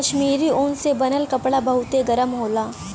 कश्मीरी ऊन से बनल कपड़ा बहुते गरम होला